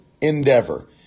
endeavor